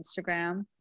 Instagram